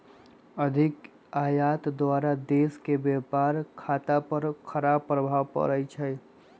अधिक आयात द्वारा देश के व्यापार खता पर खराप प्रभाव पड़इ छइ